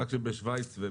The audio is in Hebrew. בשוויץ.